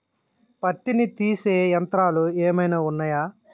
పత్తిని తీసే యంత్రాలు ఏమైనా ఉన్నయా?